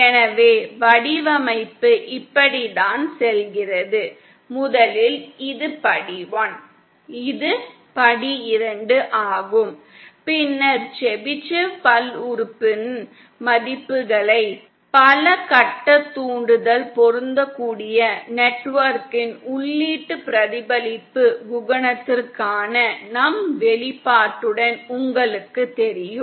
எனவே வடிவமைப்பு இப்படித்தான் செல்கிறது முதலில் இது படி 1 இது படி 2 ஆகும் பின்னர் செபிஷேவ் பல்லுறுப்புறுப்பின் மதிப்புகளை பல கட்ட தூண்டுதல் பொருந்தக்கூடிய நெட்வொர்க்கின் உள்ளீட்டு பிரதிபலிப்பு குணகத்திற்கான நம் வெளிப்பாட்டுடன் உங்களுக்குத் தெரியும்